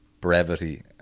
brevity